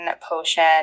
potion